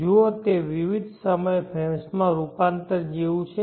જુઓ તે વિવિધ સમય ફ્રેમ્સ માં રૂપાંતર જેવું છે